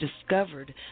discovered